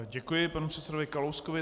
Děkuji panu předsedovi Kalouskovi.